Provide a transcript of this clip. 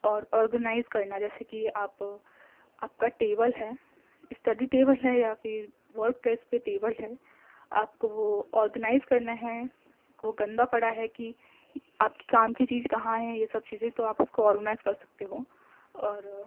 اور آرگنائز کرنا جیسے کہ آپ آپ کا ٹیبل ہے اسٹڈی ٹیبل ہے یا پھر ورک پلیس پہ ٹیبل ہے آپ کو وہ آرگنائز کرنا ہے وہ گندہ پڑا ہے کہ آپ کی کام کی چیز کہاں ہے یہ سب چیزیں تو آپ اس کو آرگنائز کر سکتے ہو اور